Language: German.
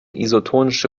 isotonische